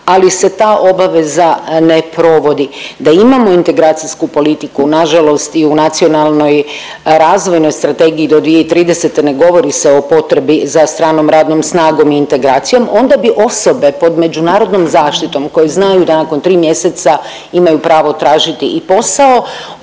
ali se ta obaveza ne provodi. Da imamo integracijsku politiku nažalost i u Nacionalnoj razvojnoj strategiji do 2030. ne govori se o potrebi za stranom radnom snagom i integracijom, onda bi osobe pod međunarodnom zaštitom koje znaju da nakon 3 mjeseca imaju pravo tražiti i posao,